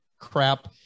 crap